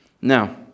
now